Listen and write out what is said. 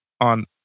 on